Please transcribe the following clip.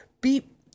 Beep